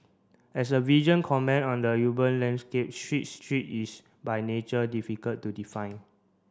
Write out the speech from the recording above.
as a visual comment on the urban landscape street is by nature difficult to define